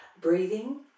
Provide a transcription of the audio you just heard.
Breathing